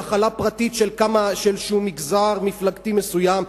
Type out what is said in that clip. נחלה פרטית של איזשהו מגזר מפלגתי מסוים,